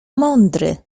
mądry